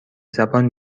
زبان